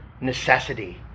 necessity